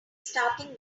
starting